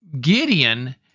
Gideon